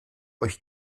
euch